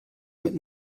mit